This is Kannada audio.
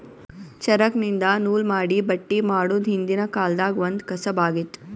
ಚರಕ್ದಿನ್ದ ನೂಲ್ ಮಾಡಿ ಬಟ್ಟಿ ಮಾಡೋದ್ ಹಿಂದ್ಕಿನ ಕಾಲ್ದಗ್ ಒಂದ್ ಕಸಬ್ ಆಗಿತ್ತ್